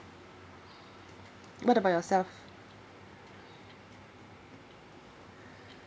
what about yourself